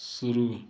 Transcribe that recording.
शुरू